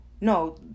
no